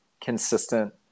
consistent